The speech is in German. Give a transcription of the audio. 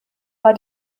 war